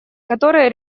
которые